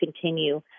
continue